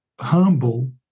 Humble